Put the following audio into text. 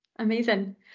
amazing